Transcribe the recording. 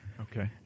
Okay